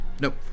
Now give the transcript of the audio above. Nope